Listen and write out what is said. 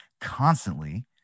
constantly